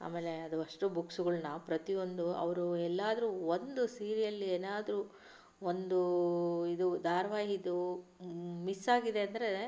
ಆಮೇಲೆ ಅದು ಅಷ್ಟೂ ಬುಕ್ಸುಗಳನ್ನ ಪ್ರತಿಯೊಂದು ಅವರು ಎಲ್ಲಾದರೂ ಒಂದು ಸೀರಿಯಲ್ ಏನಾದರೂ ಒಂದು ಇದು ಧಾರಾವಾಹಿದು ಮಿಸ್ ಆಗಿದೆ ಅಂದರೆ